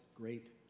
great